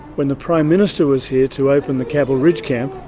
when the prime minister was here to open the caval ridge camp,